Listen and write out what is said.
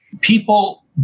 people